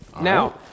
Now